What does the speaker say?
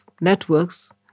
networks